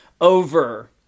over